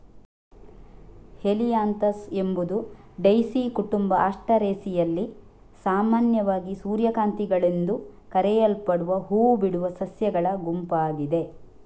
Helianthus ಎಂಬುದು daisy ಕುಟುಂಬ ಆಸ್ಟರೇಸಿಯಲ್ಲಿ ಸಾಮಾನ್ಯವಾಗಿ ಸೂರ್ಯಕಾಂತಿಗಳೆಂದು ಕರೆಯಲ್ಪಡುವ ಹೂ ಬಿಡುವ ಸಸ್ಯಗಳ ಗುಂಪಾಗಿದೆ